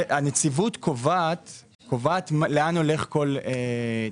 הנציבות קובעת לאן הולך כל תקן.